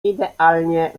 idealnie